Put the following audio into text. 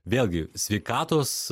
vėlgi sveikatos